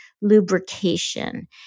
lubrication